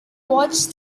watch